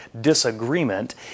disagreement